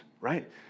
right